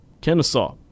Kennesaw